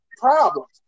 problems